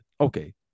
Okay